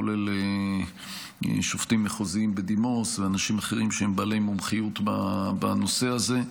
כולל שופטים מחוזים בדימוס ואנשים אחרים שהם בעלי מומחיות בנושא הזה.